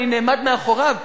אני נעמד מאחוריו,